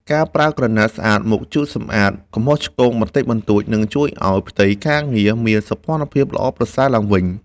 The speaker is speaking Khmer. ការប្រើក្រណាត់ស្អាតមកជូតសម្អាតកំហុសឆ្គងបន្តិចបន្តួច និង ជួយឱ្យផ្ទៃការងារមានសោភ័ណភាពល្អប្រសើរឡើងវិញ។